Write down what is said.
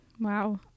Wow